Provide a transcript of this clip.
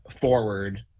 forward